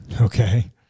Okay